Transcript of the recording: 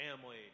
family